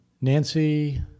Nancy